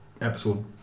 episode